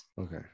Okay